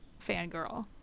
fangirl